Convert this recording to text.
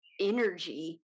energy